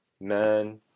man